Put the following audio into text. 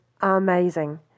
amazing